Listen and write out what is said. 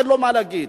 אין לו מה להגיד.